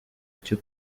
cyo